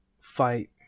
fight